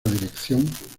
dirección